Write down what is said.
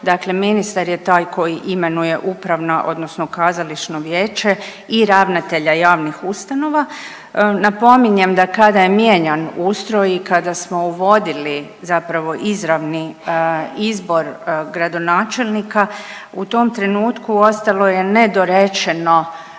dakle ministar je taj koji imenuje upravna odnosno kazališno vijeće i ravnatelja javnih ustanova. Napominjem da kada je mijenjan ustroj i kada smo uvodili zapravo izravni izbor gradonačelnika u tom trenutku ostalo je nedorečeno